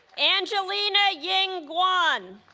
angelina ying guan